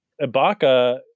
Ibaka